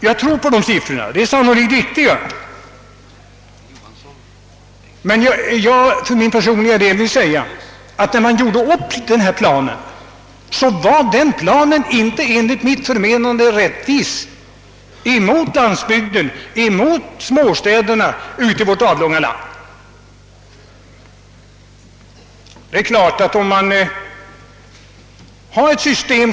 Jag tror på att dessa siffror är riktiga. När man gjorde upp denna plan, blev den enligt mitt förmenande inte rättvis gentemot landsbygden och småstäderna.